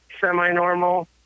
semi-normal